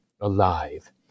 alive